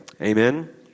amen